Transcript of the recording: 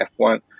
F1